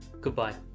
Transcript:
goodbye